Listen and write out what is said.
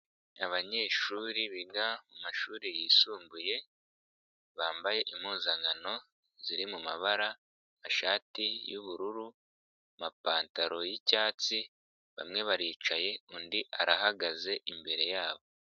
Abanyeshuri biga mumashuri yisumbuye, bambaye impuzankano ziri mumabara amashati y'ubururu, amapantaro y'icyatsi, bamwe baricaye undi arahagaze imbere yabo.